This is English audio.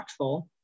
impactful